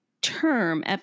term